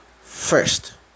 first